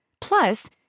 Plus